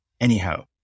Anyhow